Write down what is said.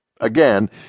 Again